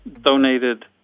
donated